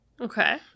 Okay